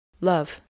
Love